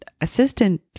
assistant